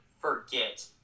forget